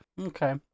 Okay